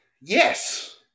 Yes